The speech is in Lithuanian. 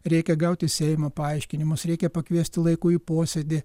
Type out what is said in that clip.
reikia gauti seimo paaiškinimus reikia pakviesti laiku į posėdį